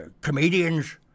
comedians